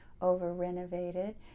over-renovated